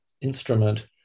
instrument